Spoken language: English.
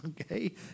okay